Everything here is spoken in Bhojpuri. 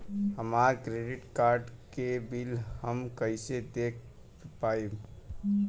हमरा क्रेडिट कार्ड के बिल हम कइसे देख पाएम?